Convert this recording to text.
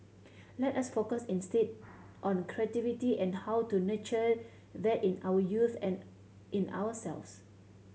let us focus instead on creativity and how to nurture that in our youth and in ourselves